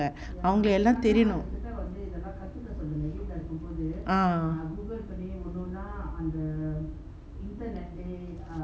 அவங்க எல்லாம் தெரியனும்:avanga ellaam theriyanum ah